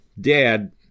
dad